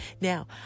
Now